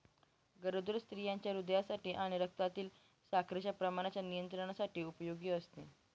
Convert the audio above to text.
गरोदर स्त्रियांच्या हृदयासाठी आणि रक्तातील साखरेच्या प्रमाणाच्या नियंत्रणासाठी उपयोगी असते